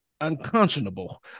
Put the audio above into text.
unconscionable